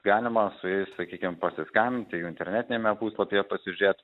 galima su jais sakykim pasiskambinti jų internetiniame puslapyje pasižiūrėt